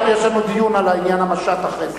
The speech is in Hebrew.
יש לנו דיון על עניין המשט אחרי זה.